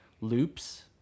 loops